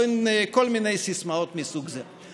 או כל מיני סיסמאות מסוג זה.